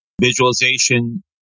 visualization